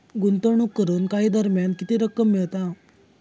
गुंतवणूक करून काही दरम्यान किती रक्कम मिळता?